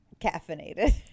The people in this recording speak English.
caffeinated